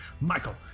Michael